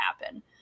happen